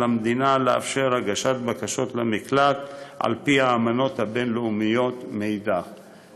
המדינה לאפשר הגשת בקשות למקלט על פי האמנות הבין-לאומיות מאידך גיסא.